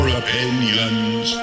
opinions